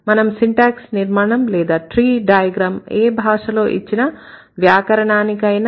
మన సిన్టాక్టీక్ నిర్మాణం లేదా ట్రీ డైగ్రామ్ ఏ భాషలో ఇచ్చిన వాక్య నిర్మాణానికైనా ఉపయోగించగలము